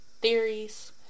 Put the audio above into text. theories